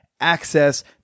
access